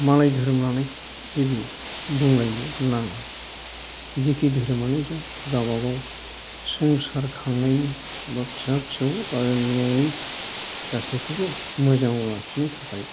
मालाय धोरोम लानायखौ जेबो बुंलायनो नाङा जेखि धोरोमानो जा गावबा गाव संसार खांनायनि बा फिसा फिसौ आरो न'नि गासैखौबो मोजाङाव लाखिनो थाखाय